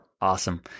Awesome